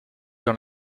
dans